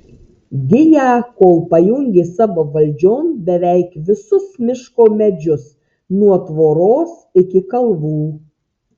giją kol pajungė savo valdžion beveik visus miško medžius nuo tvoros iki kalvų